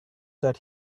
that